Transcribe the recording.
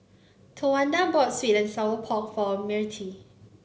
Towanda bought sweet and Sour Pork for Mirtie